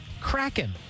Kraken